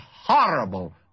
horrible